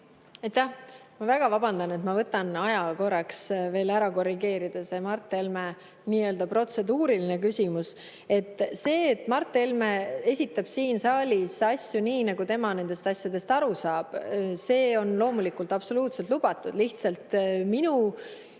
Ma väga vabandan, et ma võtan aja, et korrigeerida ära see Mart Helme nii-öelda protseduuriline küsimus. See, et Mart Helme esitab siin saalis asju nii, nagu tema nendest asjadest aru saab, see on loomulikult absoluutselt lubatud. Lihtsalt minu